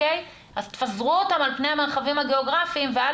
אז תפזרו אותן על פני המרחבים הגאוגרפיים ואל